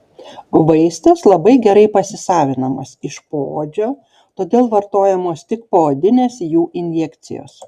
vaistas labai gerai pasisavinamas iš poodžio todėl vartojamos tik poodinės jų injekcijos